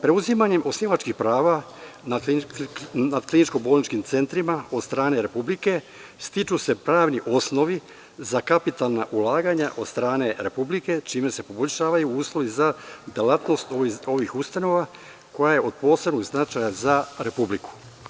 Preuzimanjem osnivačkih prava na kliničko-bolničkim centrima od strane Republike, stiču se pravni osnovi za kapitalna ulaganja od strane Republike, čime se poboljšavaju uslovi za delatnost ovih ustanova, koja je od posebnog značaja za Republiku.